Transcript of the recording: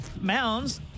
Mounds